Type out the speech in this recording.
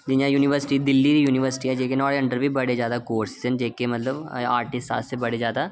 जि'यां यूनिवर्सिटी नुआढ़े अंडर बी बड़े जादा कार्स न जेह्के मतलब आर्टिस्ट बड़े जादा